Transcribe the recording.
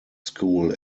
school